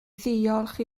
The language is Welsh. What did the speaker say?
ddiolch